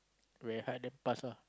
very hard to pass lah